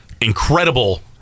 incredible